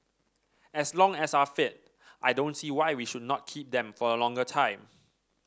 as long as are fit I don't see why we should not keep them for a longer time